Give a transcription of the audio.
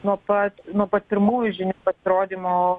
nuo pat nuo pat pirmųjų žinių pasirodymo